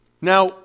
Now